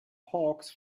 hawks